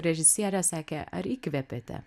režisierė sakė ar įkvepiate